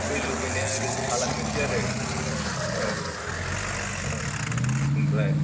बे लुबैनाया ओरैनो थालांनोसै आरो ओं औ ओमफ्राय